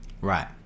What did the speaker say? Right